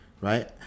right